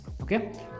Okay